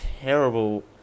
terrible